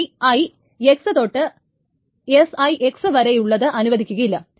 ഇനി I x തൊട്ട് SIX വരെയുള്ളത് അനുവദിക്കുകയില്ല